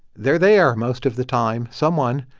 there they're most of the time someone.